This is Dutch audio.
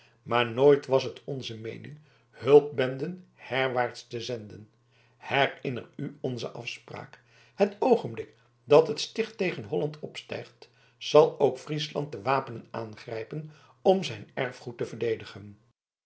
maar nooit was het onze meening hulpbenden herwaarts te zenden herinner u onze afspraak het oogenblik dat het sticht tegen holland opstijgt zal ook friesland de wapenen aangrijpen om zijn erfgoed te verdedigen